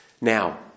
Now